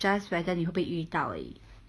just whether 你会不会遇到而已